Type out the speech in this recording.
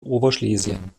oberschlesien